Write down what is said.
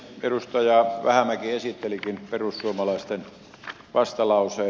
edustaja vähämäki esittelikin perussuomalaisten vastalauseen